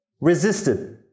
resisted